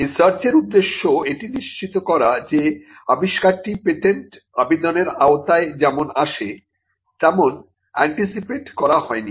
এই সার্চ এর উদ্দেশ্য এটি নিশ্চিত করা যে আবিষ্কারটি পেটেন্ট আবেদনের আওতায় যেমন আসে তেমন আন্টিসিপেট করা হয় নি